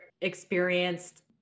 experienced